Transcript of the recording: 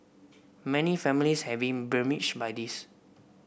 many families have been besmirched by this